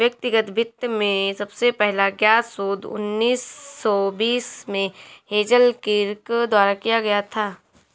व्यक्तिगत वित्त में सबसे पहला ज्ञात शोध उन्नीस सौ बीस में हेज़ल किर्क द्वारा किया गया था